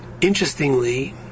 Interestingly